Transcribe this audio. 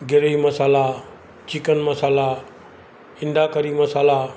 gravy masala chicken masala अंडाकड़ी मसाला